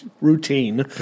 routine